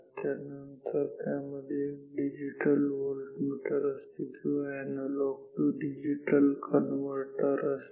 त्यानंतर त्यामध्ये एक डिजिटल व्होल्टमीटर असते किंवा अॅनालॉग टू डिजिटल कन्वर्टर असते